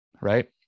Right